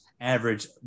average